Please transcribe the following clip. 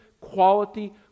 quality